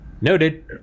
Noted